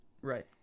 Right